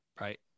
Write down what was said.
Right